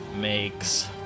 makes